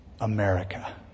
America